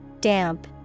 Damp